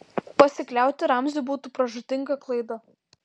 pasikliauti ramziu būtų pražūtinga klaida